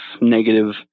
negative